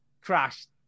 Crashed